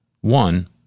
One